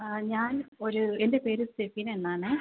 ഞാൻ ഒരു എൻ്റെ പേര് സ്റ്റെഫീന എന്നാണേ